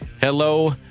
Hello